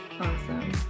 Awesome